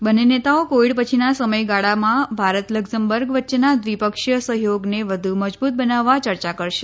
બંને નેતાઓ કોવિડ પછીના સમયગાળામાં ભારત લકઝમબર્ગ વચ્ચેના દ્વિપક્ષીય સહયોગને વધુ મજબૂત બનાવવા ચર્ચા કરશે